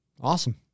Awesome